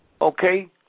Okay